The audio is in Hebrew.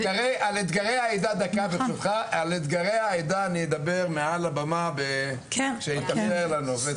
על אתגרי העדה אני אדבר מעל הבמה כשיתאפשר לנו.